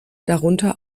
darunter